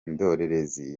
ndorerezi